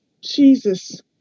Jesus